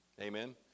Amen